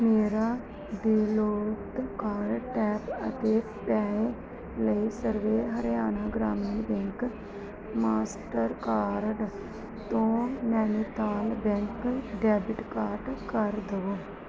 ਮੇਰਾ default card tap and pay ਲਈ Sarva Haryana Gramin bank Mastercard ਤੋਂ ਨੈਨੀਤਾਲ ਬੈਂਕ ਡੈਬਿਟ ਕਾਰਡ ਕਰ ਦਵੋ